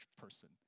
person